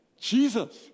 Jesus